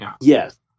Yes